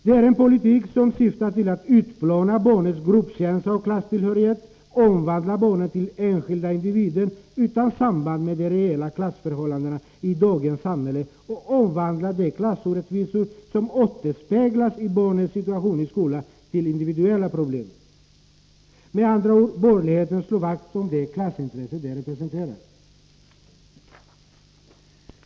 Det är en politik som syftar till att utplåna barnens gruppkänsla och klasstillhörighet, att omvandla barnen till enskilda individer utan samband med de reella klassförhållandena i dagens samhälle och att omvandla de klassorättvisor som återspeglas i barnens situation i skolan till individuella problem. Med andra ord: Borgerligheten slår vakt om de klassintressen den representerar.